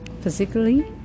physically